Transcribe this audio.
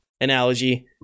analogy